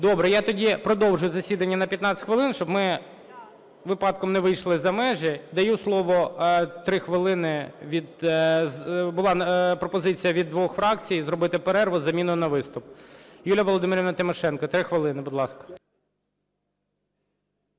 Добре. Я тоді продовжу засідання на 15 хвилин, щоб ми випадком не вийшли за межі. Даю слово, 3 хвилини, була пропозиція від двох фракцій зробити перерву із заміною на виступ. Юлія Володимирівна Тимошенко, 3 хвилини, будь ласка.